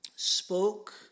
spoke